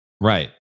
right